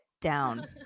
down